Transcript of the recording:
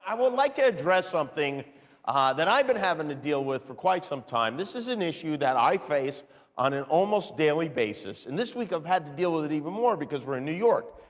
i would like to address something that i've been having to deal with for quite some time. this is an issue that i face on an almost daily basis, and this week i've had to deal with it even more, because we're in new york.